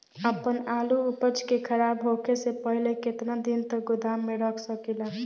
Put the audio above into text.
आपन आलू उपज के खराब होखे से पहिले केतन दिन तक गोदाम में रख सकिला?